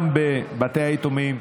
גם בבתי היתומים,